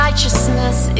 Righteousness